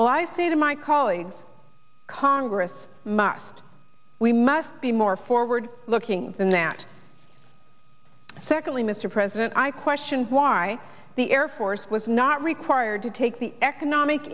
well i say to my colleagues congress must we must be more forward looking than that secondly mr president i question why the air force was not required to take the economic